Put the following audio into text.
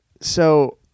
So-